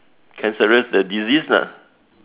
cancerous the disease lah